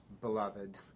beloved